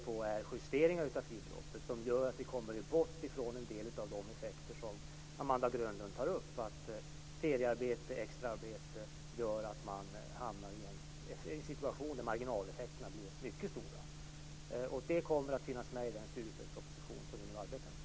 Frågan är om utbildningsministern kommer att verka för att man avskaffar dessa fribeloppsgränser eller om de studenter som arbetar vid sidan av sina studier kommer att fortsätta att straffas.